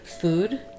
food